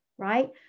Right